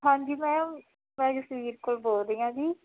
ਹਾਂਜੀ ਮੈਮ ਮੈਂ ਜਸਵੀਰ ਕੌਰ ਬੋਲ ਰਹੀ ਹਾਂ ਜੀ